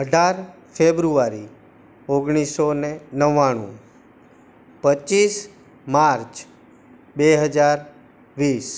અઢાર ફ્રેબુઆરી ઓગણીસ સો અને નવ્વાણું પચીસ માર્ચ બે હજાર વીસ